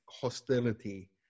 hostility